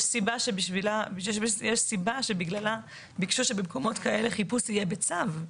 יש סיבה שבגללה ביקשו שבמקומות כאלה חיפוש יהיה בצו.